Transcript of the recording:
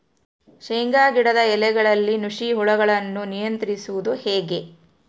ಶೇಂಗಾ ಗಿಡದ ಎಲೆಗಳಲ್ಲಿ ನುಷಿ ಹುಳುಗಳನ್ನು ನಿಯಂತ್ರಿಸುವುದು ಹೇಗೆ?